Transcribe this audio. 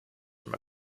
from